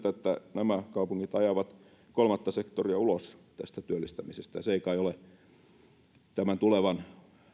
nämä kaupungit ajavat kolmatta sektoria ulos tästä työllistämisestä ja se ei kai ole tulevan